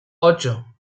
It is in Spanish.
ocho